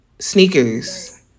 Sneakers